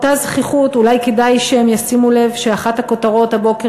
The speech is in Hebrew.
אותה זחיחות אולי כדאי שהם ישימו לב שאחת הכותרות הבוקר